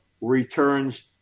returns